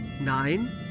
Nine